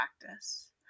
practice